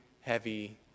heavy